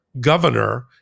governor